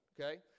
okay